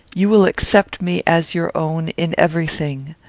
you will accept me as your own in every thing.